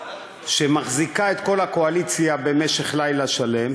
שמחזיקה את כל הקואליציה במשך לילה שלם,